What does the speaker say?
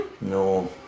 No